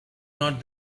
not